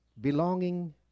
Belonging